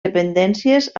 dependències